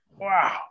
Wow